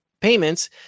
payments